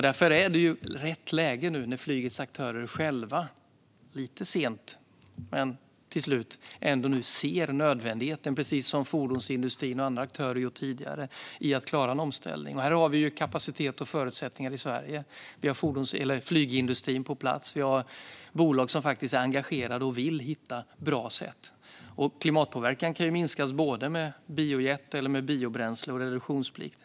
Därför är det rätt läge när flygets aktörer nu själva lite sent men till slut ändå ser nödvändigheten av att klara en omställning, precis som fordonsindustrin och andra aktörer gjort tidigare. Vi har kapacitet och förutsättningar i Sverige. Vi har flygindustrin på plats. Vi har bolag som är engagerade och vill hitta bra sätt. Och klimatpåverkan kan ju minskas med biojet, biobränsle och reduktionsplikt.